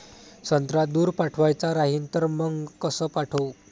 संत्रा दूर पाठवायचा राहिन तर मंग कस पाठवू?